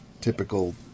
typical